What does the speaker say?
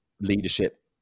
leadership